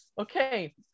okay